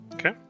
okay